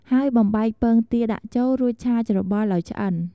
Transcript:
ហើយបំបែកពងទាដាក់ចូល រួចឆាច្របល់ឱ្យឆ្អិន។